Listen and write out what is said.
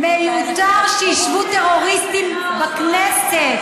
מיותר שישבו טרוריסטים בכנסת,